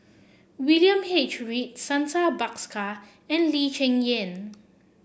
William H Read Santha Bhaskar and Lee Cheng Yan